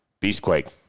Beastquake